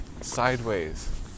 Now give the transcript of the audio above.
sideways